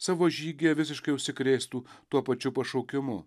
savo žygyje visiškai užsikrėstų tuo pačiu pašaukimu